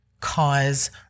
Cause